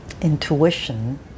intuition